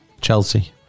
Chelsea